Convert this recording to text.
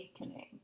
awakening